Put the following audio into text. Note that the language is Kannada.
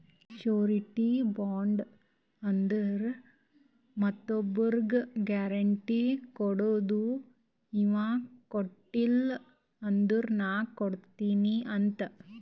ಶುರಿಟಿ ಬಾಂಡ್ ಅಂದುರ್ ಮತ್ತೊಬ್ರಿಗ್ ಗ್ಯಾರೆಂಟಿ ಕೊಡದು ಇವಾ ಕೊಟ್ಟಿಲ ಅಂದುರ್ ನಾ ಕೊಡ್ತೀನಿ ಅಂತ್